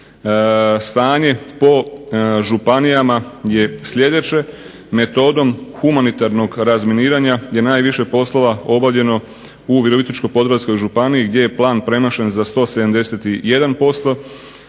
stanje po županijama je sljedeće. Metodom humanitarnog razminiranja je najviše poslova obavljeno u Virovitičko-podravskoj županiji gdje je plan premašen za 171%.